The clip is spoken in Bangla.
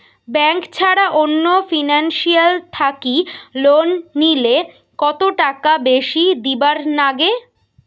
ব্যাংক ছাড়া অন্য ফিনান্সিয়াল থাকি লোন নিলে কতটাকা বেশি দিবার নাগে?